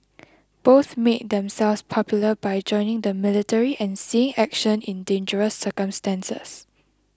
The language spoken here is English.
both made themselves popular by joining the military and seeing action in dangerous circumstances